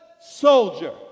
soldier